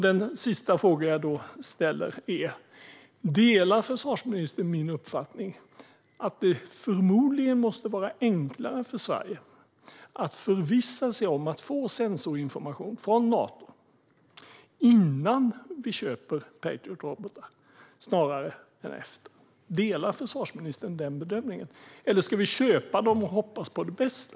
Den sista fråga jag ställer är: Delar försvarsministern min uppfattning att det förmodligen är enklare för Sverige att förvissa sig om att få sensorinformation från Nato innan vi köper Patriotrobotar än efteråt? Eller ska vi köpa dem och hoppas på det bästa?